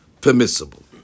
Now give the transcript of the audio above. permissible